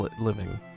living